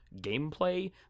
gameplay